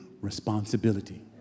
responsibility